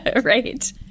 Right